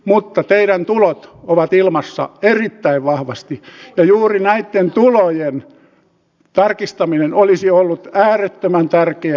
mutta teillä tulot ovat ilmassa erittäin vahvasti ja juuri näitten tulojen tarkistaminen olisi ollut äärettömän tärkeää